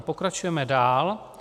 Pokračujeme dál.